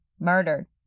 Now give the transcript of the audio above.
Murdered